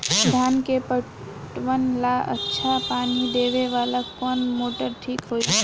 धान के पटवन ला अच्छा पानी देवे वाला कवन मोटर ठीक होई?